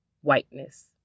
whiteness